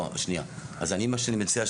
מה שאני מציע,